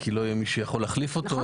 כי לא יהיה מי שיוכל להחליף אותו.